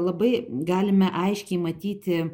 labai galime aiškiai matyti